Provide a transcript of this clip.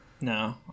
No